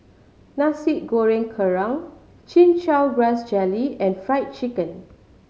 Nasi Goreng Kerang Chin Chow Grass Jelly and Fried Chicken